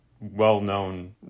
well-known